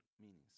meanings